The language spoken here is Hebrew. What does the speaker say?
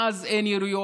מאז אין יריות.